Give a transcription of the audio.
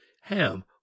ham